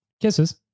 Kisses